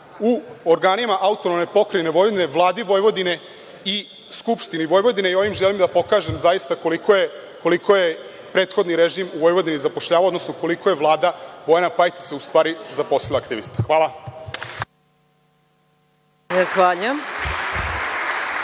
u organima AP Vojvodine, Vladi Vojvodine i Skupštini Vojvodine? Ovim želim da pokažem zaista koliko je prethodni režim u Vojvodini zapošljavao, odnosno koliko je Vlada Bojana Pajtića u stvari zaposlila aktivista. Hvala. **Maja